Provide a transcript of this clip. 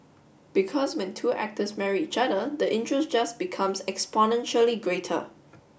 because when two actors marry each other the interest just becomes exponentially greater